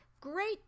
Great